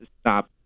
stop